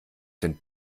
den